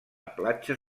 platja